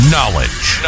Knowledge